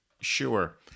Sure